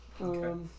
Okay